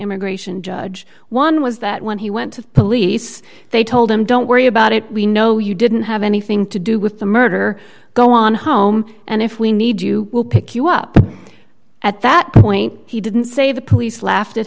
immigration judge one was that when he went to police they told him don't worry about it we know you didn't have anything to do with the murder go on home and if we need you will pick you up at that point he didn't say the police laughed at